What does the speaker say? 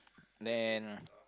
then